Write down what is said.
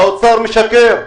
האוצר משקר.